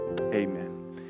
amen